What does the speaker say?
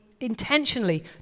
intentionally